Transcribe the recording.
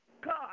God